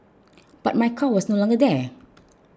but my car was no longer there